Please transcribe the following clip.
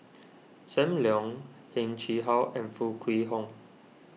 Sam Leong Heng Chee How and Foo Kwee Horng